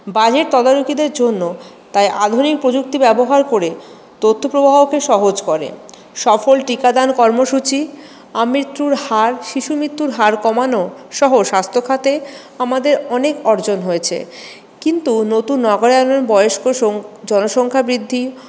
budget তদারকিদের জন্য তাই আধুনিক প্রযুক্তি ব্যবহার করে তথ্য প্রবাহকে সহজ করে সফল টিকাদান কর্মসূচী আমৃত্যুর হার শিশু মৃত্যুর হার কমানো সহ স্বাস্থ্যখাতে আমাদের অনেক অর্জন হয়েছে কিন্তু নতুন নগরায়নে বয়স্ক জনসংখ্যা বৃদ্ধি